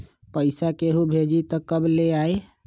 पैसा केहु भेजी त कब ले आई?